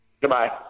Goodbye